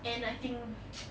and I think